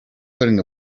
putting